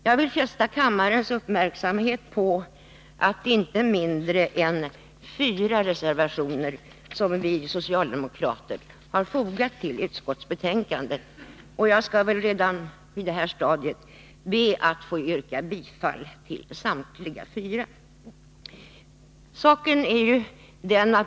Jag vill fästa kammarledamöternas uppmärksamhet på att inte mindre än fyra reservationer av oss socialdemokrater har fogats vid utskottets betänkande. Jag vill redan på detta stadium be att få yrka bifall till samtliga dessa fyra.